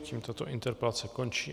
Tím tato interpelace končí.